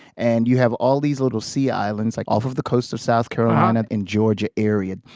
and you have all these little sea islands like off of the coast of south carolina in georgia area.